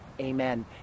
amen